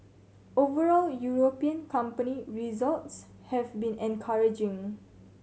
overall European company results have been encouraging